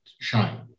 shine